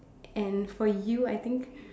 and for you I think